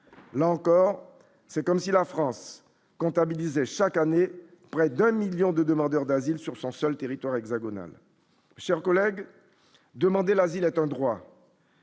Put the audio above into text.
là encore, c'est comme si la France comptabilisait chaque année près d'un 1000000 de demandeurs d'asile sur son seul territoire hexagonal, chers collègues, demander l'asile atteint droit.